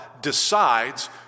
decides